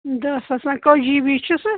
داہ ساس وۄنۍ کٔژ جی بی چھُ سُہ